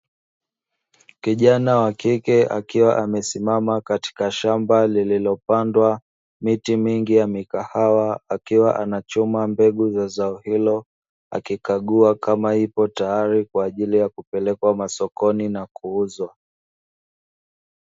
Kijana wa kike akiwa amesimama katika shamba lililopandwa miti mingi ya mikahawa akiwa anachuma mbegu ya zao hilo akikagua kama ipo tayari kwa ajili ya kupelekwa masokoni na kuuzwa.